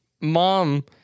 mom